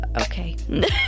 okay